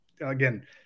again